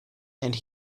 and